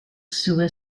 sewer